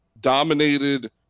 dominated